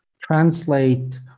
translate